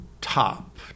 top